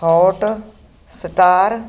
Hotstar